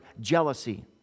jealousy